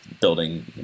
building